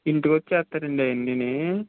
ఇంటికొచ్చి చేస్తారా అండి అవన్నీ